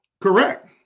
Correct